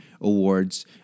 Awards